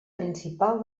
principal